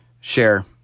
share